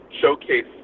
showcase